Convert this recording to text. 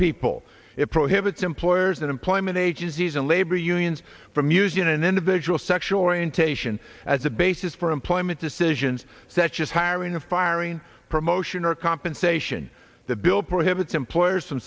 people it prohibits employers in employment agencies and labor unions from using an individual sexual orientation as a basis for employment decisions such as hiring and firing promotion or compensation the bill prohibits employers